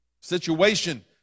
situation